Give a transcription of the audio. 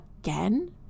again